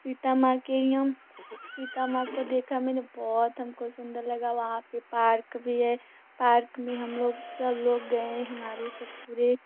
सीता माँ के सीता माँ को देखा मैंने बहुत हमको सुंदर लगा वहाँ पे पार्क भी है पार्क में हम लोग सब लोग गये हमारे सब पूरे